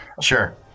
Sure